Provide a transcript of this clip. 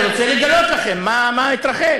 אני רוצה לגלות לכם מה התרחש.